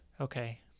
Okay